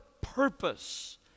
purpose